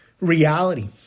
reality